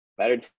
better